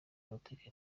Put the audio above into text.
politiki